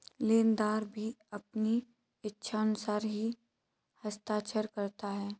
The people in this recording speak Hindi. लेनदार भी अपनी इच्छानुसार ही हस्ताक्षर करता है